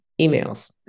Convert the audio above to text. emails